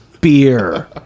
beer